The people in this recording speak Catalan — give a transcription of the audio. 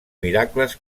miracles